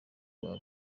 wabo